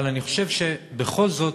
אבל אני חושב שבכל זאת,